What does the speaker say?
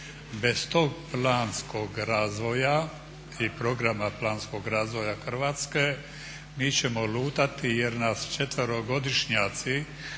Bez tog planskog razvoja i programa planskog razvoja Hrvatske mi ćemo lutati jer nas 4.-godišnjaci